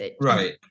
Right